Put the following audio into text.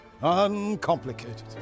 uncomplicated